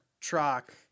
Truck